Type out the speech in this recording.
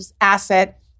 asset